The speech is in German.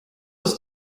ist